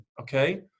okay